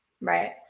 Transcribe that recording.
Right